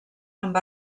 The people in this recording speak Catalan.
amb